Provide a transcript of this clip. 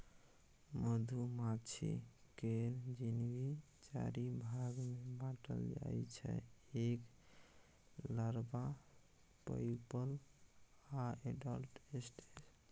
मधुमाछी केर जिनगी चारि भाग मे बाँटल जाइ छै एग, लारबा, प्युपल आ एडल्ट स्टेज